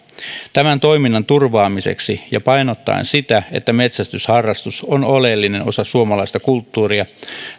tämän toiminnan turvaamiseksi ja painottaen sitä että metsästysharrastus on oleellinen osa suomalaista kulttuuria